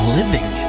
living